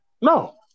No